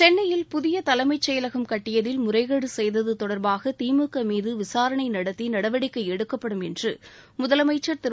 சென்னையில் புதிய தலைமைச் செயலகம் கட்டியதில் முறைகேடு செய்தது தொடர்பாக திமுக மீது விசாரணை நடத்தி நடவடிக்கை எடுக்கப்படும் என்று முதலமைச்சர் திரு